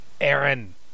Aaron